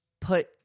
put